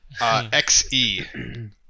XE